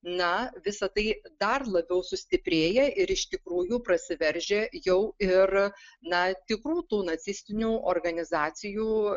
na visa tai dar labiau sustiprėja ir iš tikrųjų prasiveržia jau ir na tikrų tų nacistinių organizacijų